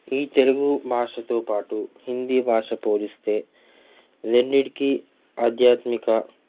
ఈ తెలుగు భాషతో పాటు హిందీ భాష పోలిస్తే రెండిటికిీ ఆధ్యాత్మిక